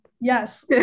yes